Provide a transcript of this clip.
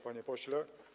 Panie Pośle!